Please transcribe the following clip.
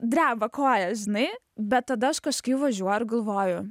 dreba kojos žinai bet tada aš kažkaip važiuoju ir galvoju